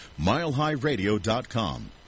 MileHighRadio.com